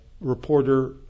reporter